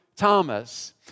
Thomas